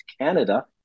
Canada